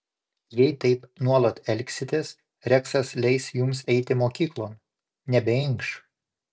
jei taip nuolat elgsitės reksas leis jums eiti mokyklon nebeinkš